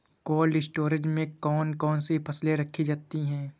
Cold storage में कौन कौन सी फसलें रखी जाती हैं?